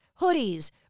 hoodies